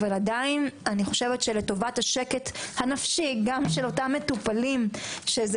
אבל עדיין אני חושבת שלטובת השקט הנפשי גם של אותם מטופלים שזה